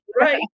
right